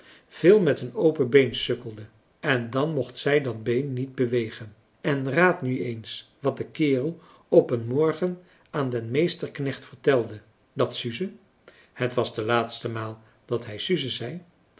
veel met een open been sukkelde en dan mocht zij dat been niet bewegen en raad nu eens wat de kerel op een morgen aan den meesterknecht vertelde dat suze